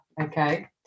Okay